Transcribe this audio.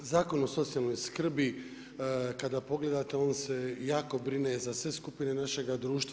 Zakon o socijalnoj skrbi kada pogledate on se jako brine za sve skupine našega društva.